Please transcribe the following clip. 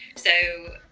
so,